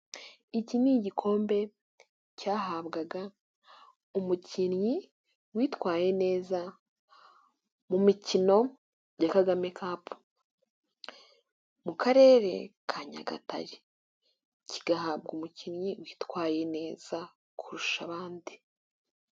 Iki ni igikombe cyahabwaga umukinnyi witwaye neza mu mikino ya Kagame kapu. Mu Karere ka Nyagatare. Kigahabwa umukinnyi witwaye neza kurusha abandi.